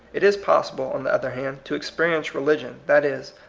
it is possible, on the other hand, to experience religion, that is,